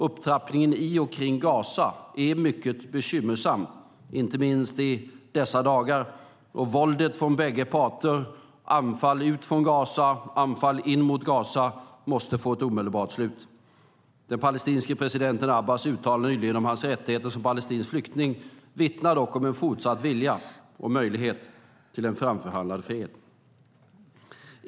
Upptrappningen i och kring Gaza är mycket bekymmersam, inte minst i dessa dagar, och våldet från bägge parter - anfall ut från Gaza, anfall in mot Gaza - måste få ett omedelbart slut. Den palestinske presidenten Abbas uttalande nyligen om hans rättigheter som palestinsk flykting vittnar dock om en fortsatt vilja, och möjlighet, till en framförhandlad fred.